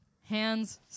Hands